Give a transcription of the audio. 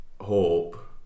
hope